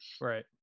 right